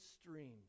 streams